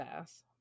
ass